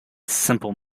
simple